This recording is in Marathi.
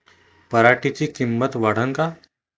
पराटीची किंमत वाढन का?